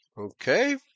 Okay